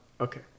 Okay